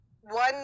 one